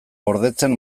gordetzen